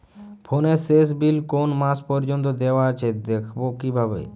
ফোনের শেষ বিল কোন মাস পর্যন্ত দেওয়া আছে দেখবো কিভাবে?